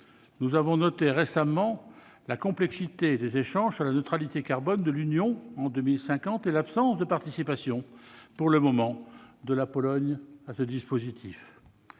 Nous avons noté récemment la complexité des échanges sur la neutralité carbone de l'Union européenne en 2050 et l'absence de participation de la Pologne à ce dispositif,